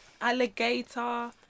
alligator